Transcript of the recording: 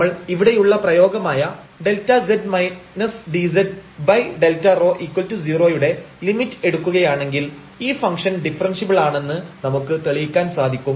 നമ്മൾ ഇവിടെയുള്ള പ്രയോഗമായ Δz dzΔρ0 യുടെ ലിമിറ്റ് എടുക്കുകയാണെങ്കിൽ ഈ ഫംഗ്ഷൻ ഡിഫറെൻഷ്യബിൾ ആണെന്ന് നമുക്ക് തെളിയിക്കാൻ സാധിക്കും